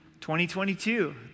2022